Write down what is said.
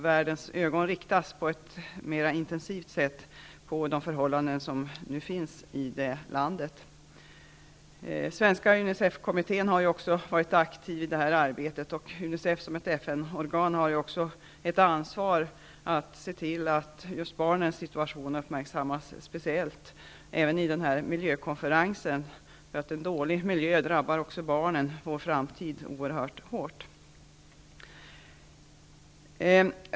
Världens blickar riktas på ett mera intensivt sätt på de förhållanden som nu råder i landet. Svenska Unicef-kommittén har varit aktiv i detta arbete. Unicef har som FN-organ ett ansvar för att se till att barnens situation uppmärksammas speciellt, även vid miljökonferensen. En dålig miljö drabbar också barnen, vår framtid, oerhört hårt.